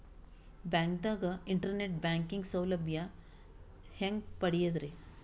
ಬ್ಯಾಂಕ್ದಾಗ internet banking ಸೌಲಭ್ಯ ಹೆಂಗ್ ಪಡಿಯದ್ರಿ?